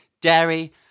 dairy